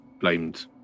blamed